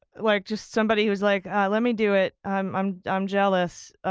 like just somebody who was like, let me do it. i'm i'm um jealous.